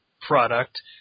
product